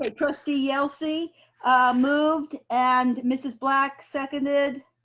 ah trustee yelsey moved and mrs. black seconded.